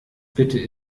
bitte